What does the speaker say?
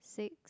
six